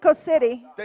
City